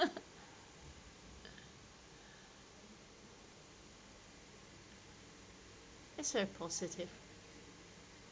it's a positive